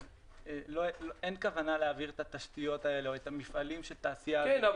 אז אין כוונה להעביר את התשתיות האלה או את המפעלים של תעשיה --- כן.